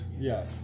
Yes